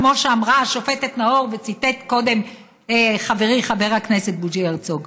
כמו שאמרה השופטת נאור וציטט קודם חברי חבר הכנסת בוז'י הרצוג,